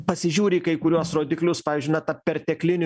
pasižiūri į kai kuriuos rodiklius pavyzdžiui na tą perteklinių